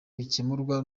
bikemurwa